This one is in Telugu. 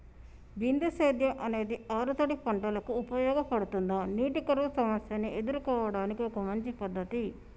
బిందు సేద్యం అనేది ఆరుతడి పంటలకు ఉపయోగపడుతుందా నీటి కరువు సమస్యను ఎదుర్కోవడానికి ఒక మంచి పద్ధతి?